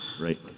Right